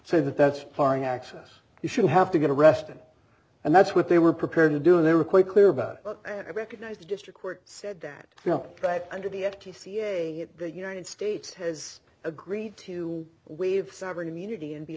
say that that's part of access you should have to get arrested and that's what they were prepared to do and they were quite clear about recognized the district court said that you know that under the f t c a the united states has agreed to waive sovereign immunity and be